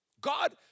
God